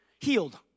healed